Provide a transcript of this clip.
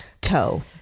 toe